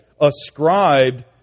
ascribed